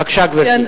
בבקשה, גברתי.